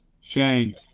Shane